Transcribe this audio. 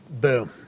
Boom